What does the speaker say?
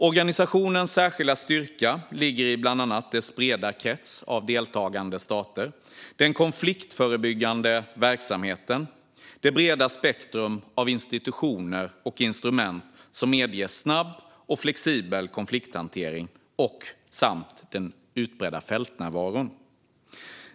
Organisationens särskilda styrka ligger bland annat i dess breda krets av deltagande stater, den konfliktförebyggande verksamheten, det breda spektrum av institutioner och instrument som medger snabb och flexibel konflikthantering samt den utbredda fältnärvaron.